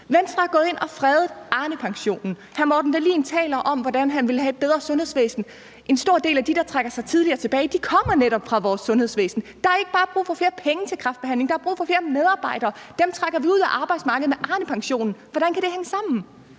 Venstre er gået ind og har fredet Arnepensionen. Hr. Morten Dahlin taler om, hvordan han vil have et bedre sundhedsvæsen. En stor del af dem, der trækker sig tidligere tilbage, kommer netop fra vores sundhedsvæsen. Der er ikke bare brug for flere penge til kræftbehandling, der er brug for flere medarbejdere, men dem trækker vi ud af arbejdsmarkedet med Arnepensionen. Hvordan kan det hænge sammen?